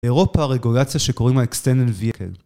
אירופה הרגולציה שקוראים לה Extended VL